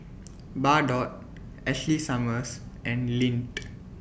Bardot Ashley Summers and Lindt